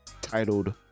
titled